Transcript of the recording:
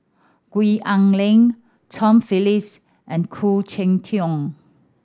Gwee Ah Leng Tom Phillips and Khoo Cheng Tiong